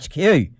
HQ